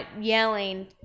yelling